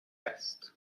است